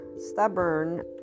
stubborn